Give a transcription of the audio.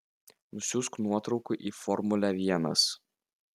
nusiųsk nuotraukų į formulę vienas